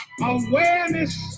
awareness